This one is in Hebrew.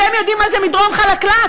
אתם יודעים מה זה מדרון חלקלק?